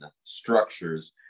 structures